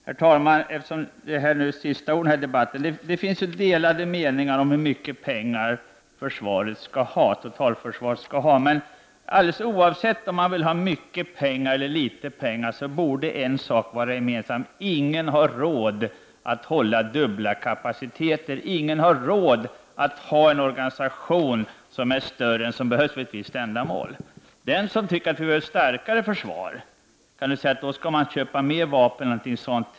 Herr talman! Eftersom detta är de sista orden i debatten vill jag säga följande. Det råder delade meningar om hur mycket pengar totalförsvaret skall ha, men alldeles oavsett om man vill att försvaret skall ha mycket eller litet pengar borde man vara överens om en sak, nämligen att ingen har råd att hålla dubbla kapaciteter. Ingen har råd att ha en organisation som är större än vad som behövs för ett visst ändamål. Den som tycker att vi behöver ett starkare försvar kan t.ex. säga att man skall köpa mer vapen.